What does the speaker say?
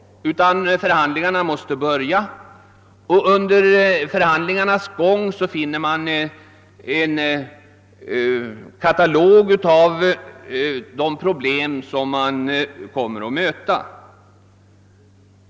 Och under förhandlingarnas gång får man en katalog över de problem man kommer att möta.